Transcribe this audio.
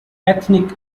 ethnic